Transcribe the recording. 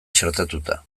txertatuta